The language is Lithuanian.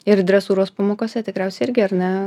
ir dresūros pamokose tikriausiai irgi ar ne